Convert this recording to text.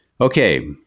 Okay